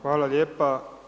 Hvala lijepa.